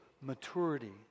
maturity